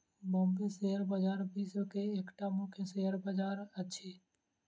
Bombay share बजार विश्व के एकटा मुख्य शेयर बजार अछि